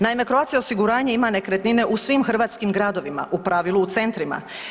Naime, Croatia osiguranje ima nekretnine u svim hrvatskim gradovima u pravilu u centrima.